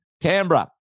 Canberra